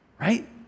right